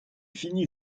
finit